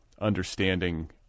understanding